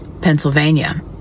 Pennsylvania